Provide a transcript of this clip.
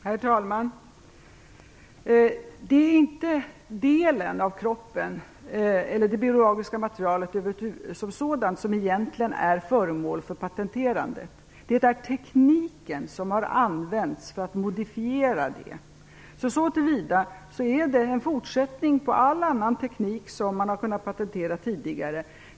Herr talman! Det är inte en del av kroppen eller det biologiska materialet som sådant som egentligen är föremål för patentering. Det är tekniken som har används vid modifieringen. Såtillvida är det en fortsättning på all annan teknik som man har kunnat patentera tidigare.